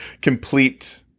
complete